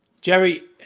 Jerry –